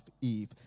Eve